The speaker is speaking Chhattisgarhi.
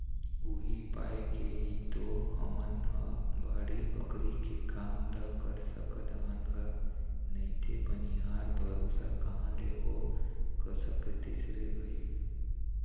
उही पाय के ही तो हमन ह बाड़ी बखरी के काम ल कर सकत हन गा नइते बनिहार भरोसा कहाँ ले हो सकतिस रे भई